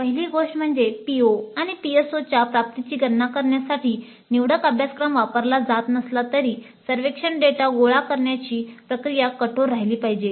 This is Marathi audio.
पहिली गोष्ट म्हणजे PO आणि PSOच्या प्राप्तीची गणना करण्यासाठी निवडक अभ्यासक्रम वापरला जात नसला तरी सर्वेक्षण डेटा गोळा करण्याची प्रक्रिया कठोर राहिली पाहिजे